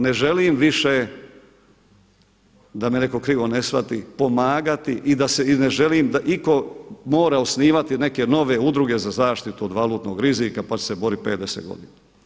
Ne želim više, da me neko krivo ne shvati, pomagati i ne želim da iko mora osnivati neke nove udruge za zaštitu od valutnog rizika pa će se boriti pet, deset godina.